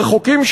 רחוקים,